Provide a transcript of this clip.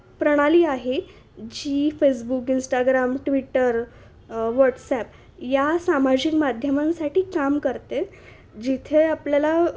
प्रणाली आहे जी फेसबुक इंस्टाग्राम ट्विटर वॉट्सॲप या सामाजिक माध्यमांसाठी काम करते जिथे आपल्याला